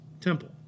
temple